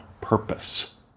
purpose